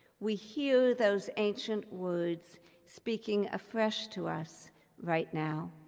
we hear those ancient words speaking afresh to us right now.